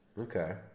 Okay